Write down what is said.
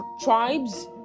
tribes